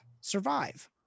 survive